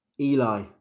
Eli